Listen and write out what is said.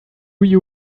you